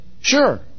Sure